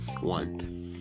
One